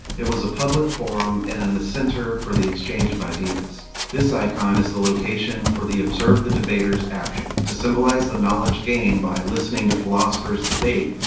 it was a public forum, and the center for the exchange of ideas. this icon is the location for the observe the debaters action. to symbolize the knowledge gained by listening to philosophers debate,